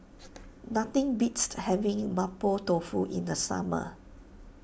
nothing beats to having Mapo Tofu in the summer